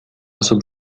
osób